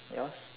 yours